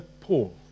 Paul